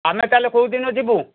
ଆମେ ତା'ହେଲେ କେଉଁ ଦିନ ଯିବୁ